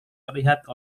terlihat